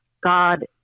God